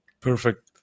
Perfect